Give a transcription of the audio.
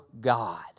God